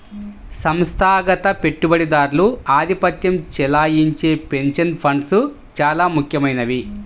సంస్థాగత పెట్టుబడిదారులు ఆధిపత్యం చెలాయించే పెన్షన్ ఫండ్స్ చాలా ముఖ్యమైనవి